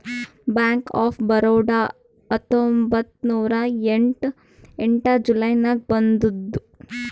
bank of Baroda ಹತ್ತೊಂಬತ್ತ್ ನೂರಾ ಎಂಟ ಜುಲೈ ನಾಗ್ ಬಂದುದ್